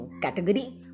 category